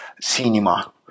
cinema